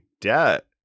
debt